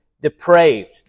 depraved